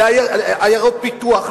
לעיירות פיתוח,